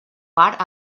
part